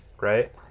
Right